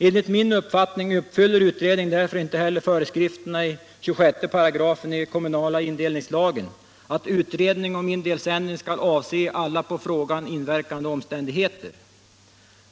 Enligt min uppfattning uppfyller utredningen därför inte heller föreskrifterna i 26 § kommunindelningslagen att utredning om indelsändring skall avse alla på frågan inverkande omständigheter.